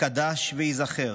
"יתקדש וייזכר